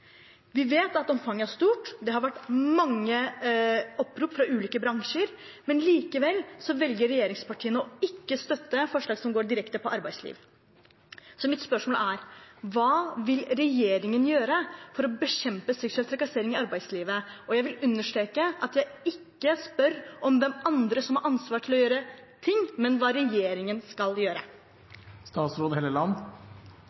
Vi vet at omfanget er stort, det har vært mange opprop fra ulike bransjer, men likevel velger regjeringspartiene ikke å støtte forslag som går direkte på arbeidsliv. Så mitt spørsmål er: Hva vil regjeringen gjøre for å bekjempe seksuell trakassering i arbeidslivet? Jeg vil understreke at jeg ikke spør om hvem andre som har ansvar for å gjøre noe, men hva regjeringen skal